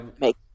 Make